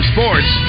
Sports